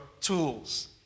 tools